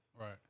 right